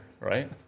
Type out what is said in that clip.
right